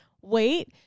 wait